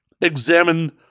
examine